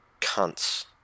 cunts